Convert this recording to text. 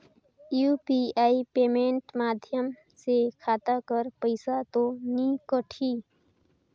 UPI payment माध्यम से खाता कर पइसा तो नी कटही?